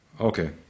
Okay